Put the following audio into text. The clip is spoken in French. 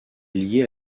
liées